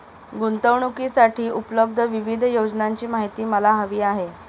गुंतवणूकीसाठी उपलब्ध विविध योजनांची माहिती मला हवी आहे